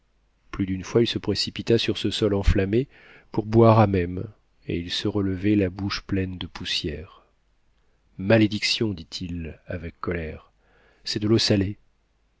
plus d'une fois il se précipita sur ce sol enflammé pour boire à même et il se relevait la bouche pleine de poussière malédiction dit-il avec colère c'est de l'eau salée